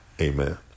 amen